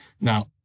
Now